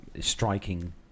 striking